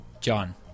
John